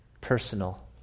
Personal